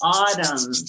autumn